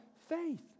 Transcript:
faith